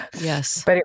Yes